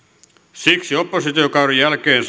siksi oppositiokauden jälkeen